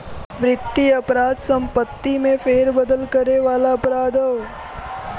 वित्तीय अपराध संपत्ति में फेरबदल करे वाला अपराध हौ